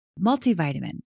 multivitamin